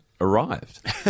arrived